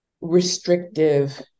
restrictive